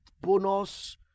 bonus